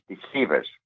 deceivers